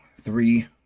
Three